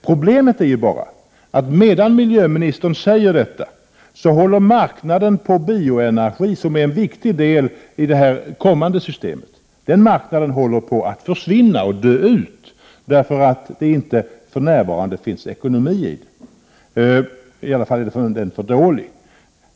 Problemet är bara att medan miljöministern säger detta håller marknaden för bioenergi, som är en viktig del i det kommande systemet, på att försvinna och dö ut därför att det inte för närvarande finns ekonomi i den. I varje fall är ekonomin för dålig.